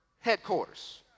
headquarters